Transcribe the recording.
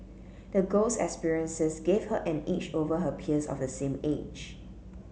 the girl's experiences gave her an edge over her peers of the same age